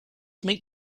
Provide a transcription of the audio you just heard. meet